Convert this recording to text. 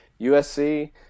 USC